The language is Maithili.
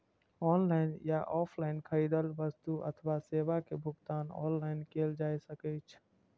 ऑनलाइन या ऑफलाइन खरीदल वस्तु अथवा सेवा के भुगतान ऑनलाइन कैल जा सकैछ